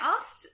asked